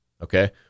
Okay